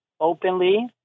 openly